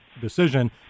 decision